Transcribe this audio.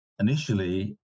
Initially